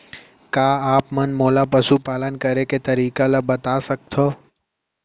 का आप मन मोला पशुपालन करे के तरीका ल बता सकथव?